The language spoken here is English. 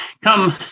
come